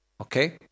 Okay